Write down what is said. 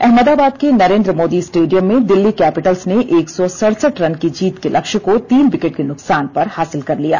अहमदाबाद के नरेन्द्र मोदी स्टेडियम में दिल्ली कैपिटल्स ने एक सौ सडसठ रन के जीत के लक्ष्य को तीन विकेट के नुकसान पर हासिल कर लिया